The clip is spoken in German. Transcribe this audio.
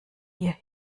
ihr